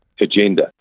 agenda